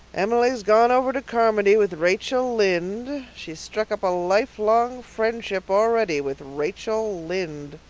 emily's gone over to carmody with rachel lynde. she's struck up a lifelong friendship already with rachel lynde.